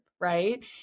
right